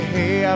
Hey